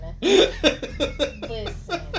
Listen